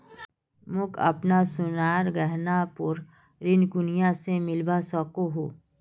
मोक अपना सोनार गहनार पोर ऋण कुनियाँ से मिलवा सको हो?